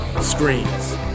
screens